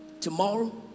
tomorrow